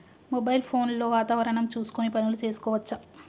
Mobile phone లో వాతావరణం చూసుకొని పనులు చేసుకోవచ్చా?